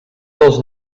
dels